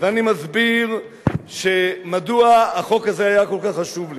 ואני מסביר מדוע החוק הזה היה כל כך חשוב לי.